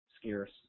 scarce